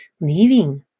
leaving